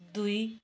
दुई